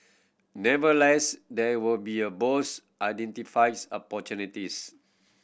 never less there were be a Bose identifies opportunities